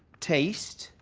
taste,